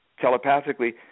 telepathically